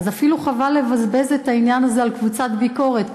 אפילו חבל לבזבז את העניין הזה על קבוצת ביקורת.